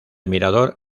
mirador